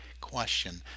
question